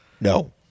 No